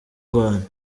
rwanda